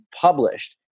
published